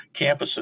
campuses